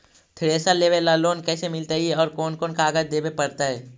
Thresher लेबे ल loan कैसे मिलतइ और कोन कोन कागज देबे पड़तै?